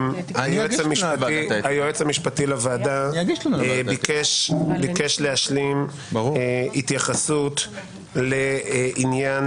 היועץ המשפטי לוועדה ביקש להשלים התייחסות לעניין